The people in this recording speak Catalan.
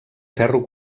ferro